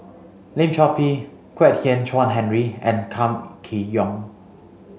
Lim Chor Pee Kwek Hian Chuan Henry and Kam Kee Yong